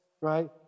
right